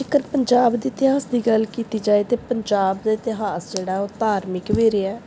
ਜੇਕਰ ਪੰਜਾਬ ਦੇ ਇਤਿਹਾਸ ਦੀ ਗੱਲ ਕੀਤੀ ਜਾਏ ਤਾਂ ਪੰਜਾਬ ਦਾ ਇਤਿਹਾਸ ਜਿਹੜਾ ਹੈ ਉਹ ਧਾਰਮਿਕ ਵੀ ਰਿਹਾ